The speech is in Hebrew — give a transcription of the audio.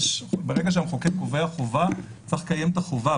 ברגע שהמחוקק קובע חובה צריך לקיים את החובה.